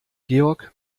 georg